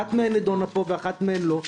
אחת מהן נידונה פה ואחת מהן לא,